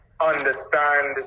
understand